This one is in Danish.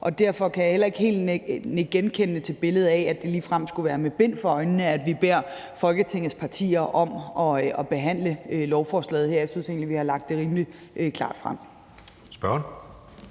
Derfor kan jeg heller ikke helt nikke genkendende til billedet af, at det ligefrem skulle være med bind for øjnene, at vi beder Folketingets partier om at behandle lovforslaget her. Jeg synes egentlig, vi har lagt det rimelig klart frem.